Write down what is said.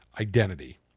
identity